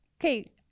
okay